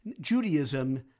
Judaism